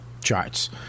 charts